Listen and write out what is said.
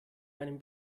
einem